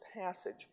passage